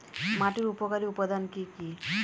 মাটির উপকারী উপাদান কি কি?